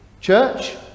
church